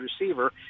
receiver